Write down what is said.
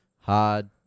hard